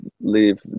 leave